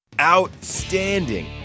outstanding